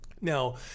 Now